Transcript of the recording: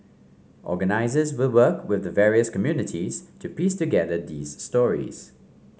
organisers will work with the various communities to piece together these stories